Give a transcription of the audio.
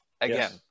again